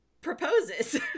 proposes